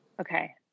Okay